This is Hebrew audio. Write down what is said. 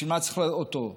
אז בשביל מה צריך לעשות אותו?